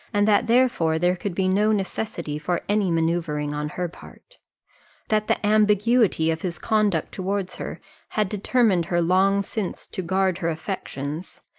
and that therefore there could be no necessity for any manoeuvring on her part that the ambiguity of his conduct towards her had determined her long since to guard her affections,